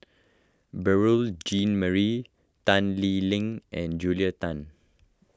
Beurel Jean Marie Tan Lee Leng and Julia Tan